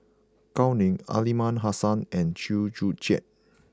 Gao Ning Aliman Hassan and Chew Joo Chiat